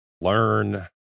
learn